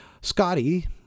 Scotty